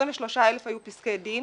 23,000 היו פסקי דין,